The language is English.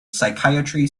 psychiatry